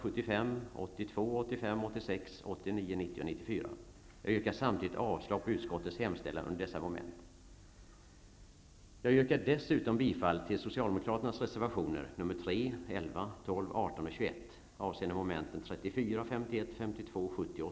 Jag yrkar samtidigt avslag på utskottets hemställan under dessa moment.